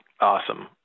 Awesome